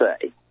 say